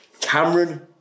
Cameron